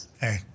Hey